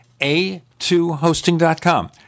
a2hosting.com